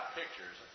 pictures